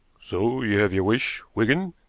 so you have your wish, wigan,